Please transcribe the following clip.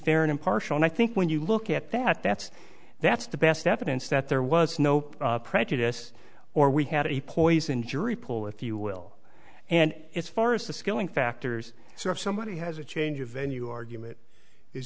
fair and impartial and i think when you look at that that's that's the best evidence that there was no prejudice or we had a poisoned jury pool if you will and it's far is the skilling factors so if somebody has a change of venue argument is